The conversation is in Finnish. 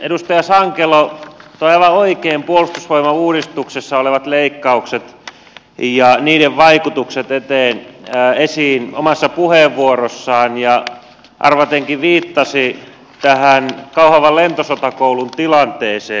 edustaja sankelo toi aivan oikein puolustusvoimauudistuksessa olevat leikkaukset ja niiden vaikutukset esiin omassa puheenvuorossaan ja arvatenkin viittasi tähän kauhavan lentosotakoulun tilanteeseen